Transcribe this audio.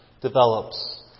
develops